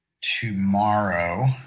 tomorrow